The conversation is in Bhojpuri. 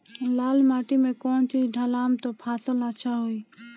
लाल माटी मे कौन चिज ढालाम त फासल अच्छा होई?